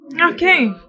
okay